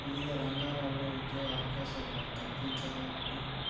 వివిధ రంగాలలో ఉద్యోగ అవకాశాలు కల్పించాలి అంటూ